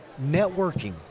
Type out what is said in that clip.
networking